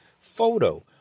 photo